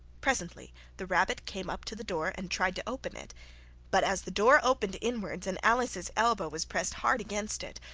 presently the rabbit came up to the door, and tried to open it but, as the door opened inwards, and alice's elbow was pressed hard against it,